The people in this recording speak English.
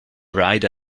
ride